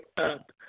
up